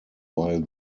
while